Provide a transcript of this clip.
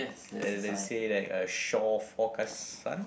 and they say that uh shore forecast sun